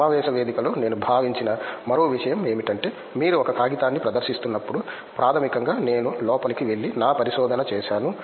సమావేశ వేదిక లో నేను భావించిన మరో విషయం ఏమిటంటే మీరు ఒక కాగితాన్ని ప్రదర్శిస్తున్నప్పుడు ప్రాథమికంగా నేను లోపలికి వెళ్లి నా పరిశోధన చేసాను